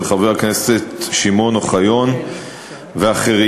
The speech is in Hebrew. של חבר הכנסת שמעון אוחיון ואחרים,